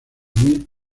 muy